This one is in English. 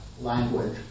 language